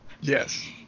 Yes